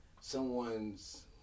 someone's